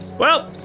well.